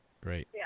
Great